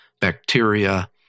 bacteria